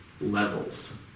levels